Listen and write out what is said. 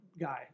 guy